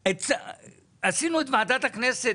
עשינו את ועדת הכנסת,